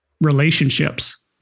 relationships